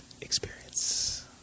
Experience